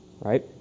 right